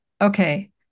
Okay